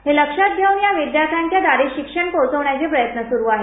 हे लक्षात घेऊन या विद्यार्थ्यांच्या दारी शिक्षण पोहोचवण्याचे प्रयत्न सुरू आहेत